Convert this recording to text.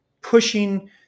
pushing